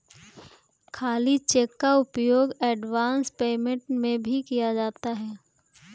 खाली चेक का उपयोग एडवांस पेमेंट में भी किया जाता है